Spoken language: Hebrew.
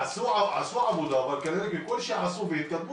עשו עבודה אבל כנראה ככל שעשו והתקדמו